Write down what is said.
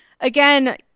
again